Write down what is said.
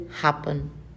happen